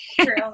True